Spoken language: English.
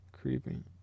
Creeping